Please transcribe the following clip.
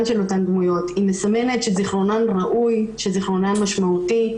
של אותן והיא מסמנת שזיכרונן ראוי והוא משמעותי,